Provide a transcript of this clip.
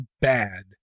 bad